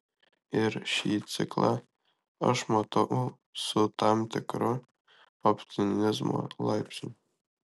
ir šį ciklą aš matau su tam tikru optimizmo laipsniu